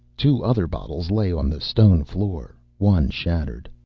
two other bottles lay on the stone floor, one shattered.